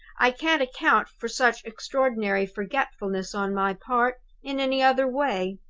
i can't account for such extraordinary forgetfulness on my part in any other way.